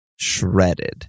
Shredded